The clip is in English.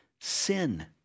sin